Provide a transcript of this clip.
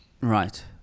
right